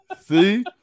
See